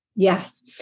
Yes